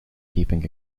keeping